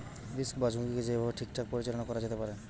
risk বা ঝুঁকিকে যেই ভাবে ঠিকঠাক পরিচালনা করা যেতে পারে